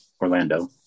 Orlando